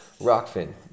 Rockfin